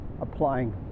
applying